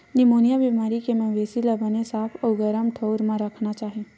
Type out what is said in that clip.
pneumonia बेमारी के मवेशी ल बने साफ अउ गरम ठउर म राखना चाही